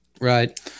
Right